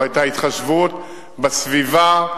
לא היתה התחשבות בסביבה.